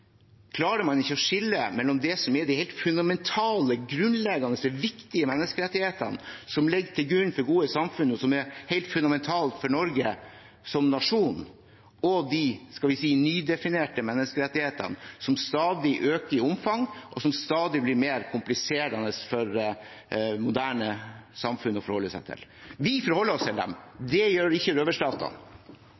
klarer man ikke å skille mellom det som er de helt fundamentale, grunnleggende viktige menneskerettighetene som ligger til grunn for gode samfunn, og som er helt fundamentale for Norge som nasjon, og de – skal vi si – nydefinerte menneskerettighetene som stadig øker i omfang, og som blir stadig mer kompliserende for moderne samfunn å forholde seg til. Vi forholder oss til dem.